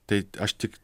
tai aš tik